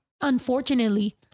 Unfortunately